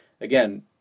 Again